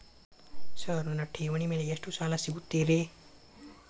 Sir ನನ್ನ ಠೇವಣಿ ಮೇಲೆ ಎಷ್ಟು ಸಾಲ ಸಿಗುತ್ತೆ ರೇ?